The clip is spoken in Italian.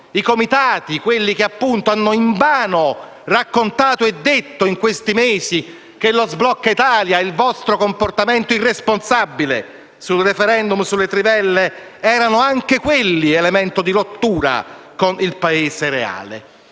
i comitati che hanno invano raccontato e detto in questi mesi che lo sblocca Italia ed il vostro comportamento irresponsabile sul *referendum* sulle trivelle erano anche quelli elemento di rottura con il Paese reale.